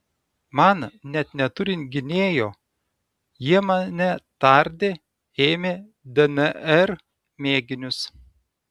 man net neturint gynėjo jie mane tardė ėmė dnr mėginius